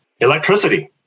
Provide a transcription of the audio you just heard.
electricity